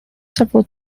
several